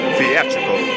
Theatrical